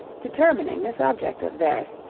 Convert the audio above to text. determining this object of theirs,